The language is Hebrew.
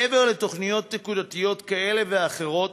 מעבר לתוכניות נקודתיות כאלה ואחרות,